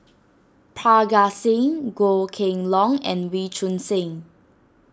Parga Singh Goh Kheng Long and Wee Choon Seng